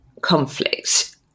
conflicts